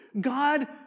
God